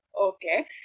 Okay